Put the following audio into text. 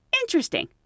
Interesting